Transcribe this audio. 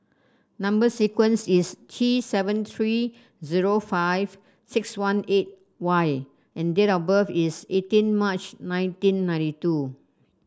number sequence is T seven three zero five six one eight Y and date of birth is eighteen March nineteen ninety two